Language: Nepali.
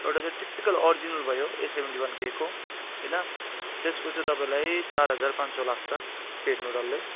एउटा चाहिँ टिपिकल अर्जिनल भयो ए सेभेन्टी वान केको होइन त्यसको चाहिँ तपाईँलाई चार हजार पाँच सय लाग्छ फेर्नु डल्लै